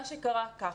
מה שקרה ככה,